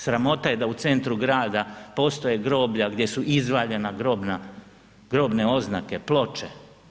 Sramota je da u centru grada postoje groblja gdje su izvaljena grobne oznake, ploče.